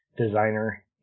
designer